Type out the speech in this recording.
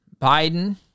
Biden